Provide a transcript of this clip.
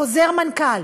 חוזר מנכ"ל,